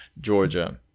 Georgia